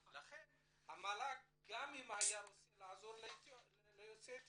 לכן המל"ג גם אם היה רוצה לעזור ליוצאי אתיופיה,